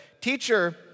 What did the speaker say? Teacher